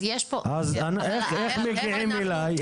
איך מגיעים אליו?